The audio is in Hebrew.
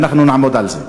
ואנחנו נעמוד על זה.